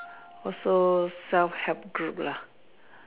also self help group lah